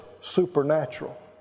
supernatural